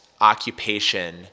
occupation